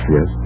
Yes